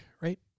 right